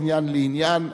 מעניין לעניין,